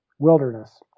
Wilderness